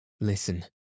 Listen